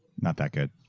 not that good.